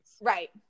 Right